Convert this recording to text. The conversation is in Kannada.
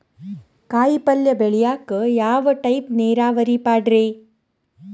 ಕಾಯಿಪಲ್ಯ ಬೆಳಿಯಾಕ ಯಾವ ಟೈಪ್ ನೇರಾವರಿ ಪಾಡ್ರೇ?